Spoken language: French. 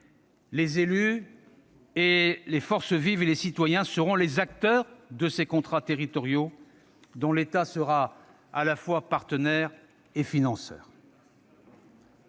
Les élus, les forces vives et les citoyens seront les acteurs de ces contrats territoriaux, dont l'État sera à la fois partenaire et financeur.